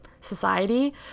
society